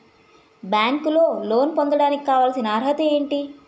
బ్యాంకులో లోన్ పొందడానికి కావాల్సిన అర్హత ఏంటి?